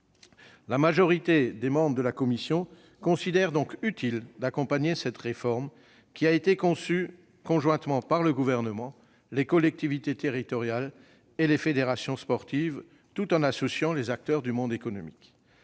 majorité, les membres de la commission considèrent donc utile d'accompagner cette réforme, qui a été conçue conjointement par le Gouvernement, les collectivités territoriales et les fédérations sportives, tout en associant les acteurs du monde économique.